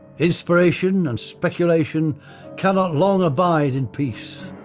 inspiration and speculation cannot long abide in peace.